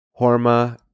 Horma